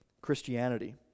Christianity